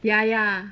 ya ya